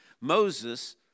Moses